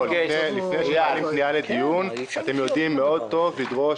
לפני שיש הזמנה לדיון אתם יודעים טוב מאוד לדרוש.